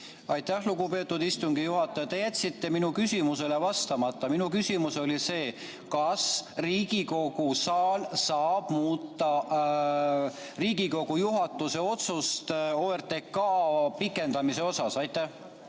Aitäh, lugupeetud istungi juhataja! Te jätsite minu küsimusele vastamata. Minu küsimus oli see, kas Riigikogu saab muuta Riigikogu juhatuse otsust OTRK pikendamise kohta. Aitäh,